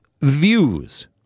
views